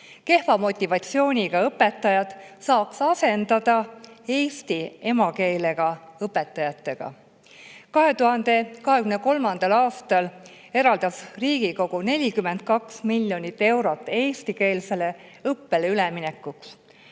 Kehva motivatsiooniga õpetajad saaks asendada eesti emakeelega õpetajatega. 2023. aastal eraldas Riigikogu 42 miljonit eurot eestikeelsele õppele üleminekuks.